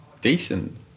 decent